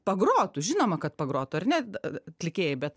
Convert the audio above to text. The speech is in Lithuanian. pagrotų žinoma kad pagrotų ar ne atlikėjai bet